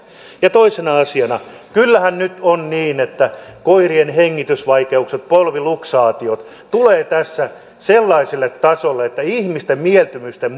ja toisena asiana kyllähän nyt on niin että koirien hengitysvaikeudet polviluksaatiot tulevat tässä sellaiselle tasolle että ihmisten mieltymysten